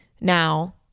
now